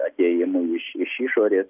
atėjimui iš iš išorės